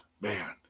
Man